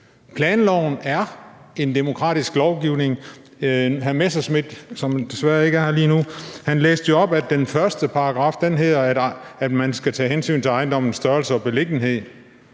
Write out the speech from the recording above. Planloven er en demokratisk lovgivning. Hr. Morten Messerschmidt, som desværre ikke er her lige nu, læste jo op af den første paragraf, der siger, at man skal tage hensyn til ejendommens størrelse og beliggenhed.